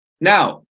Now